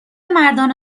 مردان